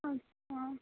اچھا